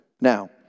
now